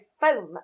foam